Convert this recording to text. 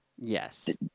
yes